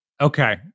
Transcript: Okay